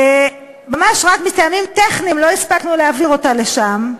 וממש רק מטעמים טכניים לא הספקנו להעביר אותה לשם.